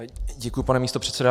Děkuji, pane místopředsedo.